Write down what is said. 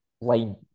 line